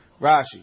Rashi